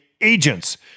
agents